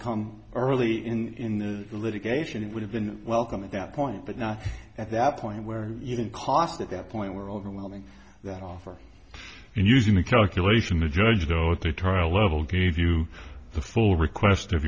come early in the litigation it would have been welcome at that point but not at that point where you didn't cost at that point were overwhelming that offer and using the calculation to judge those to trial level gave you the full request of